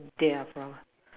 there are from